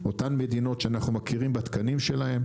אותן מדינות שאנחנו מכירים בתקנים שלהן,